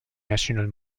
national